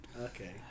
Okay